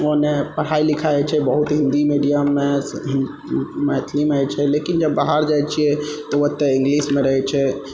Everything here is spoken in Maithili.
ओने पढ़ाइ लिखाइ छै बहुत हिन्दी मीडियममे हिन मैथिलीमे छै लेकिन जब बाहर जाइ छियै तऽ ओतऽ इङ्ग्लिशमे रहै छै